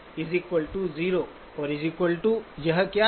और यह यह क्या है